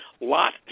lot